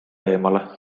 eemale